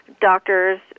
Doctors